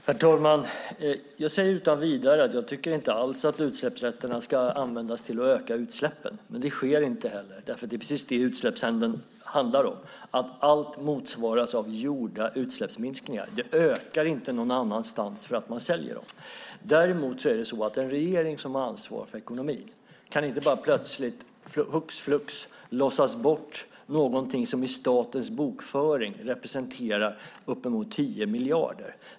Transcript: Herr talman! Jag säger utan vidare att jag inte tycker att utsläppsrätterna ska användas till att öka utsläppen, och det sker inte heller. Det är just det som utsläppshandeln handlar om, nämligen att allt motsvaras av gjorda utsläppsminskningar. De ökar inte någon annanstans för att man säljer dem. Den regering som har ansvar för ekonomin kan dock inte plötsligt, hux flux, tänka bort någonting som i statens bokföring representerar upp emot 10 miljarder.